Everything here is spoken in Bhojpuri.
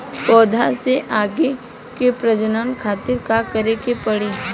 पौधा से आगे के प्रजनन खातिर का करे के पड़ी?